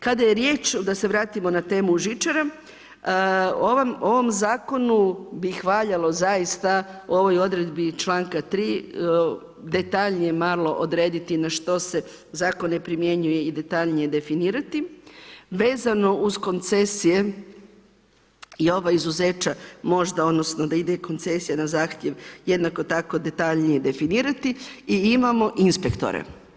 Kada je riječ, da se vratimo na temu žičara, ovom zakonu bi valjalo zaista, u ovoj odredbi članka 3. detaljnije malo odrediti na što se zakon ne primjenjuje i detaljnije definirati vezano uz koncesije i ova izuzeća možda odnosno da ide i koncesija na zahtjev jednako tako detaljnije definirati i imamo inspektore.